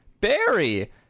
Barry